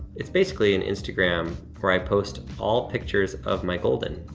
it's basically an instagram where i post all pictures of my golden.